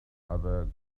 other